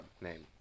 name